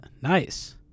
Nice